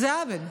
זה עוול,